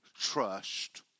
Trust